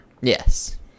Yes